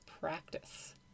practice